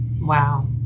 Wow